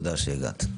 תודה שהגעת.